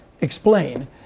explain